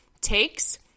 takes